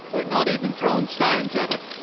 we're not even throwing stones at it.